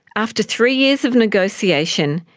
after three years of negotiation,